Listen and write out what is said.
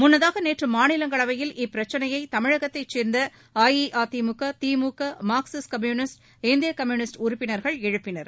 முன்னதாகநேற்றுமாநிலங்களவையில் இப்பிரச்ளையைதமிழகத்தைச் சேர்ந்தஅஇஅதிமுக திமுகமார்க்சிஸ்ட் கம்யூனிஸ்ட் இந்தியகம்யூனிஸ்ட் உறுப்பினர்கள் எழுப்பினர்